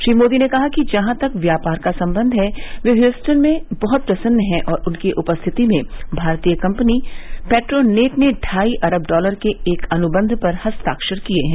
श्री मोदी ने कहा कि जहां तक व्यापार का सम्बंध है वे ह्यूस्टन में बहुत प्रसन्न हैं और उनकी उपस्थिति में भारतीय कम्पनी पेट्रोनेट ने ढाई अरब डॉलर के एक अनुबन्ध पर हस्ताक्षर किए हैं